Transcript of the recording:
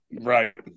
Right